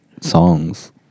Songs